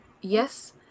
yes